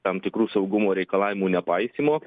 tam tikrų saugumo reikalavimų nepaisymo